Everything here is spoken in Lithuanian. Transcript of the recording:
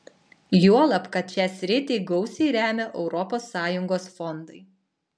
juolab kad šią sritį gausiai remia europos sąjungos fondai